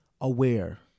aware